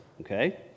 okay